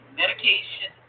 medication